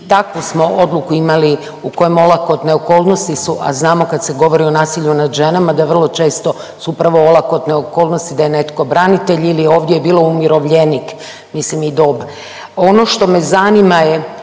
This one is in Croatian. takvu smo odluku imali u kojem olakotne okolnosti su, a znamo kad se govori o nasilju nad ženama da vrlo čestu su upravo olakotne okolnosti da je netko branitelj ili ovdje bio umirovljenik mislim i dob. Ono što me zanima je